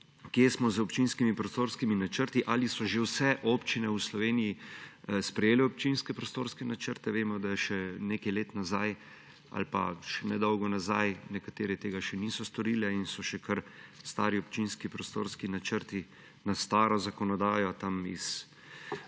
Kje smo z občinskimi prostorskimi načrti? Ali so že vse občine v Sloveniji sprejele občinske prostorske načrte? Vemo, da še nekaj let nazaj ali pa še nedolgo nazaj nekatere tega še niso storile in so še kar stari občinski prostorski načrti na staro zakonodajo iz